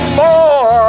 more